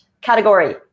category